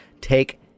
take